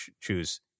choose